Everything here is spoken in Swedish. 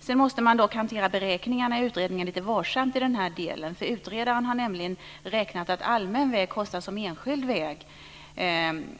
Sedan måste man dock hantera beräkningarna i utredningen lite varsamt i den här delen. Utredaren har nämligen räknat med att allmän väg kostar som enskild väg